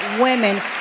women